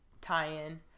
tie-in